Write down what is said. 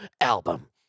album